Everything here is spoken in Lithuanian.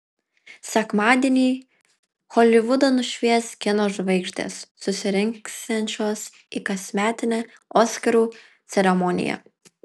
sekmadienį holivudą nušvies kino žvaigždės susirinksiančios į kasmetinę oskarų ceremoniją